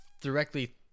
directly